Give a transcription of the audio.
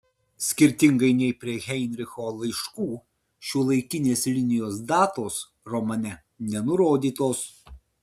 skirtingai nei prie heinricho laiškų šiuolaikinės linijos datos romane nenurodytos